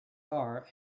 are